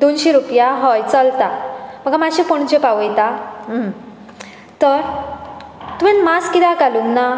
दोनशीं रुपया हय चलता म्हाका मातशें पणजे पावयता तर तुवें मास्क कित्याक घालूं ना